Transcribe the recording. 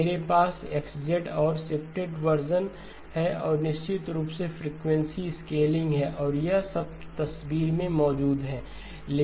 मेरे पास X है और शिफ्टेड वर्शनस है और निश्चित रूप से फ्रीक्वेंसी स्केलिंग है और यह सब तस्वीर में मौजूद है